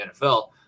NFL